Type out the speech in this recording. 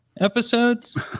episodes